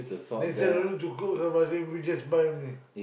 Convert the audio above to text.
they say don't need to cook sambal belacan you just buy only